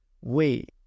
wait